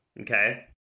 Okay